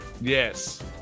Yes